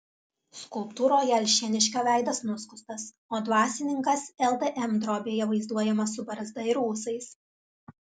skulptūroje alšėniškio veidas nuskustas o dvasininkas ldm drobėje vaizduojamas su barzda ir ūsais